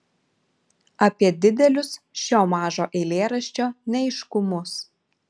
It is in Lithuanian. apie didelius šio mažo eilėraščio neaiškumus